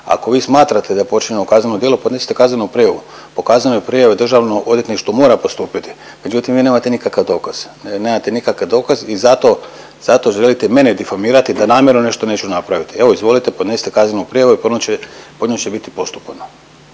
Ako vi smatrate da je počinjeno kazneno djelo, podnesite kaznenu prijavu, po kaznenoj prijavi državno odvjetništvo mora postupiti, međutim vi nemate nikakav dokaz. Vi nemate nikakav dokaz i zato, zato želite mene difamirati da namjerno neću nešto napraviti. Evo izvolite podnesite kaznenu prijavu i po njoj će, po njoj